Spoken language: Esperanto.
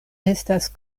estas